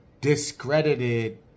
discredited